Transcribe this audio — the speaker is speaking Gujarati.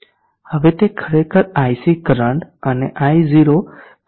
હવે તે ખરેખર iC કરંટ અને i0 કરંટથી બનેલું છે